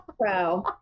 pro